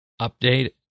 update